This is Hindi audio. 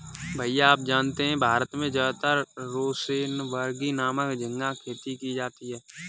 भैया आप जानते हैं भारत में ज्यादातर रोसेनबर्गी नामक झिंगा खेती की जाती है